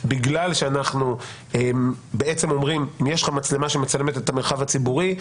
בגלל שאנחנו בעצם אומרים: אם יש לך מצלמה שמצלמת את המרחב הציבורי,